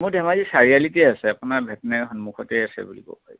মোৰ ধেমাজি চাৰিআলিতে আছে আপোনাৰ ভেটেনাৰীৰ সন্মুখতে আছে বুলি ক'ব পাৰি